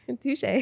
Touche